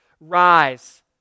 rise